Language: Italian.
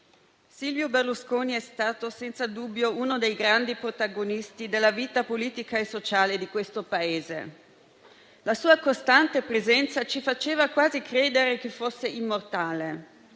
Silvio Berlusconi è stato senza dubbio uno dei grandi protagonisti della vita politica e sociale di questo Paese. La sua costante presenza ci faceva quasi credere che fosse immortale.